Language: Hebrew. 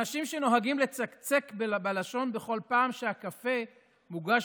אנשים שנוהגים לצקצק בלשון בכל פעם שהקפה מוגש